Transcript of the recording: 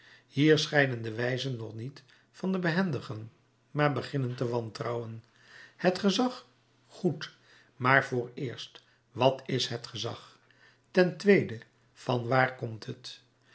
hier scheiden de wijzen nog niet van de behendigen maar beginnen te wantrouwen het gezag goed maar vooreerst wat is het gezag ten tweede van waar komt het